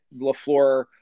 Lafleur